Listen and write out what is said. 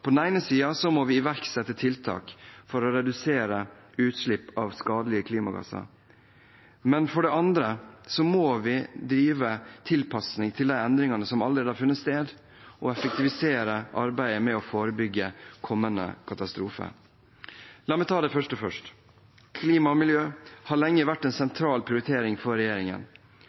På den ene siden må vi iverksette tiltak for å redusere utslipp av skadelige klimagasser. På den andre siden må vi drive tilpasning til de endringene som allerede har funnet sted, og effektivisere arbeidet med å forebygge kommende katastrofer. La meg ta det første først. Klima og miljø har lenge vært en sentral prioritering for regjeringen.